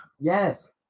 Yes